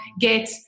get